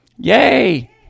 Yay